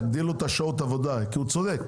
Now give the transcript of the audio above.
תגדילו את שעות העבודה כי הוא צודק.